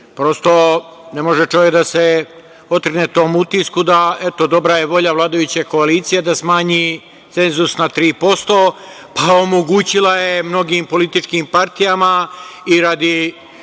Prosto, ne može čovek da se otrgne tom utisku da, eto, dobra je volja vladajuće koalicije da smanji cenzus na 3%, pa omogućila je mnogim političim partijama i radi